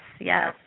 yes